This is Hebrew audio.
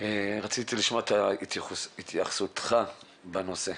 ולשמוע את התייחסותך לנושא.